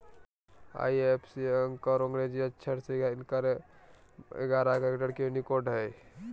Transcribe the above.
IFSC अंक और अंग्रेजी अक्षर से मिलकर बनल एगारह कैरेक्टर के यूनिक कोड हइ